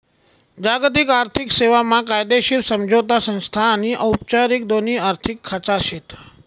जागतिक आर्थिक सेवा मा कायदेशीर समझोता संस्था आनी औपचारिक दोन्ही आर्थिक खाचा शेत